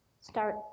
start